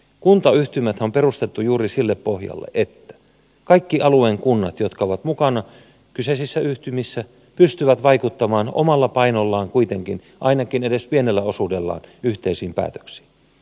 kuntayhtymäthän on perustettu juuri sille pohjalle että kaikki alueen kunnat jotka ovat mukana kyseisissä yhtymissä pystyvät vaikuttamaan omalla painollaan kuitenkin ainakin edes pienellä osuudellaan yhteisiin päätöksiin